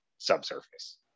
subsurface